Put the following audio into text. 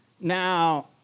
Now